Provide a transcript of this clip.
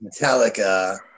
Metallica